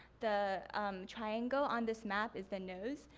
the triangle on this map is the nose.